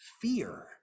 fear